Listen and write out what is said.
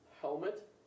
helmet